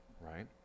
right